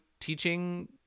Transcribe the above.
teaching